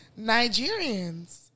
Nigerians